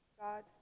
God